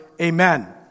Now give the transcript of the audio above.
Amen